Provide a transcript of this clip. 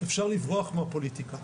אפשר לברוח מהפוליטיקה.